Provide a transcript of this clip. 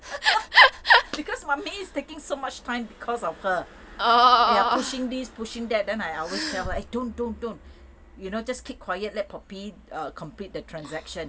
because mummy is taking so much time because of her they're pushing these pushing that then I always tell her don't don't don't you know just keep quiet let poppy complete the transaction